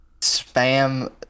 spam